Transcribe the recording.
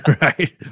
Right